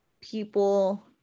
people